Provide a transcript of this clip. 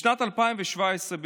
בשנת 2017,